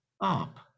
up